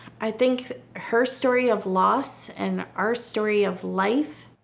i think her story of loss and our story of life.